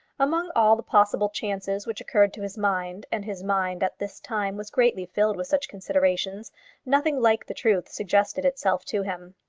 among all the possible chances which occurred to his mind and his mind at this time was greatly filled with such considerations nothing like the truth suggested itself to him.